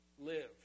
Live